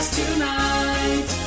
tonight